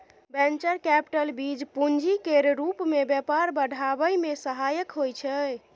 venture capital बीज पूंजी केर रूप मे व्यापार बढ़ाबै मे सहायक होइ छै